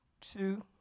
two